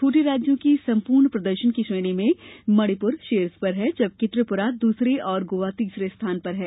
छोटे राज्यों की सम्पूर्ण प्रदर्शन की श्रेणी में मणिपुर शीर्ष पर है जबकि त्रिपुरा दूसरे और गोवा तीसरे स्थान पर है